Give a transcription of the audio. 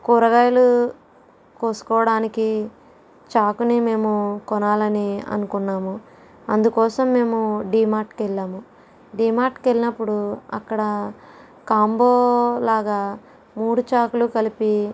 కూరగాయలు కోసుకోడానికి చాకుని మేము కొనాలని అనుకున్నాము అందుకోసం మేము డిమార్ట్కి వెళ్ళాము డిమార్ట్కి వెళ్ళినప్పుడు అక్కడ కాంబోలాగా మూడు చాకులు కలిపి